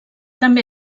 també